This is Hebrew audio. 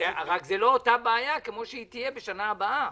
רק זה לא אותה בעיה כמו זו שתהיה בשנה הבאה,